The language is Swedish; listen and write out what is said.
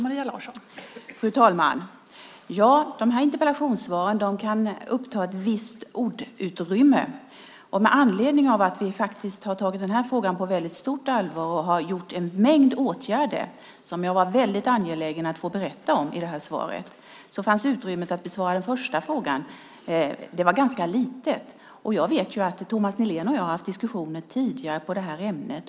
Fru talman! Interpellationssvaren får ha en viss längd. Med anledning av att vi faktiskt har tagit den här frågan på stort allvar och har genomfört en mängd åtgärder var jag väldigt angelägen om att få berätta om dem i svaret. Därför var utrymmet för att besvara den första frågan ganska litet. Thomas Nihlén och jag har haft diskussioner tidigare i det här ämnet.